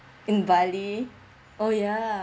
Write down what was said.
um bali oh ya